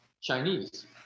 Chinese